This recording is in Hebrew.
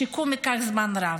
השיקום ייקח זמן רב,